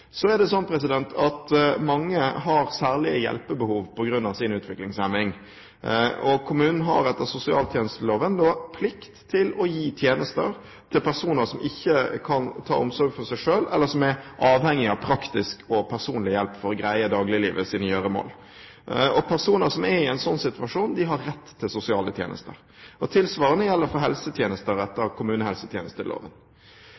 Så er det sånn at mange har særlige hjelpebehov på grunn av sin utviklingshemning. Kommunen har etter sosialtjenesteloven plikt til å gi tjenester til personer som ikke kan ta omsorg for seg selv, eller som er avhengig av praktisk og personlig hjelp for å greie dagliglivets gjøremål. Personer som er i en slik situasjon, har rett til sosiale tjenester. Tilsvarende gjelder for helsetjenester